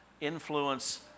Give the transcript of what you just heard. influence